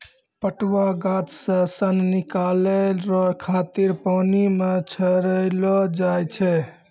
पटुआ गाछ से सन निकालै रो खातिर पानी मे छड़ैलो जाय छै